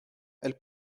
elle